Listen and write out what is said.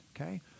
okay